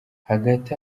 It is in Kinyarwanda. hagati